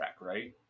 right